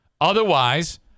Otherwise